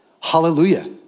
Hallelujah